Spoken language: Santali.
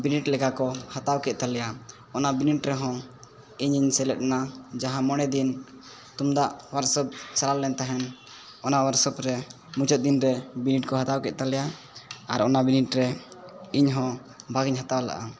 ᱵᱤᱱᱤᱴ ᱞᱮᱠᱟ ᱠᱚ ᱦᱟᱛᱟᱣ ᱠᱮᱫ ᱛᱟᱞᱮᱭᱟ ᱚᱱᱟ ᱵᱤᱱᱤᱰ ᱨᱮᱦᱚᱸ ᱤᱧᱤᱧ ᱥᱮᱞᱮᱫᱱᱟ ᱡᱟᱦᱟᱸ ᱢᱚᱬᱮᱫᱤᱱ ᱛᱩᱢᱫᱟᱜ ᱚᱣᱟᱨᱠᱥᱚᱯ ᱪᱟᱞᱟᱣᱞᱮᱱ ᱛᱟᱦᱮᱱ ᱚᱱᱟ ᱚᱣᱟᱨᱠᱥᱚᱯᱨᱮ ᱢᱩᱪᱟᱹᱫ ᱫᱤᱱᱨᱮ ᱵᱤᱱᱤᱰ ᱠᱚ ᱦᱟᱛᱟᱣ ᱠᱮᱫ ᱛᱟᱞᱮᱭᱟ ᱟᱨ ᱚᱱᱟ ᱵᱤᱱᱤᱰᱨᱮ ᱤᱧ ᱦᱚᱸ ᱵᱷᱟᱜᱤᱧ ᱦᱟᱛᱟᱣ ᱞᱮᱫᱼᱟ